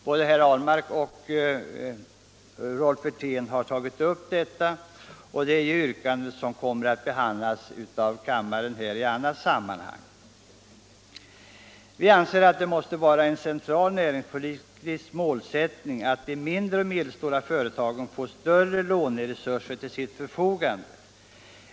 Både Per Ahlmark och Rolf Wirtén har tagit upp detta — och detta yrkande kommer att behandlas av kammaren i annat sammanhang. Vi anser att det måste vara en central näringspolitisk målsättning att de mindre och medelstora företagen får större låneresurser till förfogande.